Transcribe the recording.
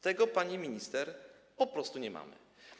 Tego, pani minister, po prostu nie mamy.